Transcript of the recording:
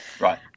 right